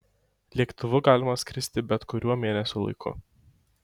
lėktuvu galima skristi bet kuriuo mėnesio laiku